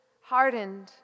Hardened